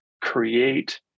create